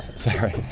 sorry.